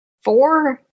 four